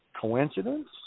coincidence